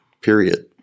period